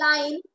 Line